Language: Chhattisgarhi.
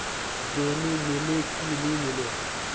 जोणी मीले कि नी मिले?